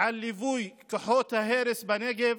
על ליווי כוחות ההרס בנגב,